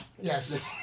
Yes